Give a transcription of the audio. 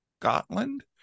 Scotland